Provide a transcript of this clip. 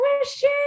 question